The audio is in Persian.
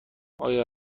آیا